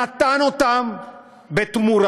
נתן אותן בתמורה,